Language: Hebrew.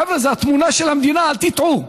חבר'ה, זו התמונה של המדינה, אל תטעו.